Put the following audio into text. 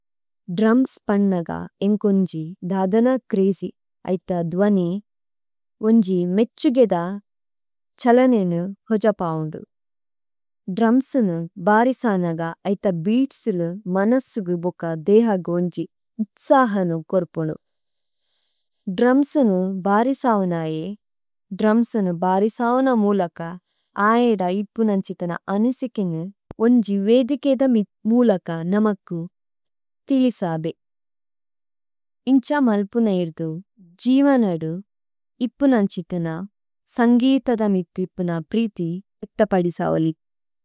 Drums പന്നഗ ഏന്കോന്ജി ദദന ക്രേജി ഐത ദ്വനി, ഓന്ജി മേഛുഗേദ ഛലനേനു ഹോജപോഉന്ദു। ദ്രുമ്സ്നു ബാരിസനഗ ഐത ബേഅത്സിലു മനസിഗു ബുക ദേഹ ഗുന്ജി ഉത്സഹനു കോര്പുലു। ദ്രുമ്സ്നു ബാരിസവുനയേ, ദ്രുമ്സ്നു ബാരിസവുന മുലക ഐദ ഇപുനന്ഛിതന അനിസികേനു, ഓന്ജി വേദികേദ മിത് മുലക നമകു തിലിസാബേ। ഇന്ഛ മല്പുനൈര്ദു, ജിവനദു ഇപുനന്ഛിതന സന്ഗിതദ മിതുപുന പ്രിതി ഉത്തപദിസഓലി।